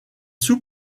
sous